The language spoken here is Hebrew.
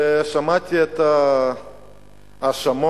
שמעתי את ההאשמות,